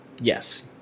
Yes